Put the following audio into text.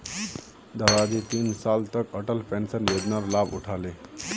दादाजी तीन साल तक अटल पेंशन योजनार लाभ उठा ले